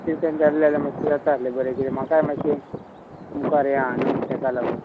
तितल्यान जाल्लें जाल्यार मातशें जाता आसलें बरें किदें म्हाकाय मातशें मुखार हें आहा न्हू तेका लागोन